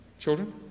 Children